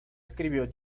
escribió